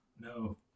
No